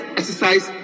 exercise